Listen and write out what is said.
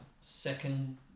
second